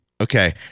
Okay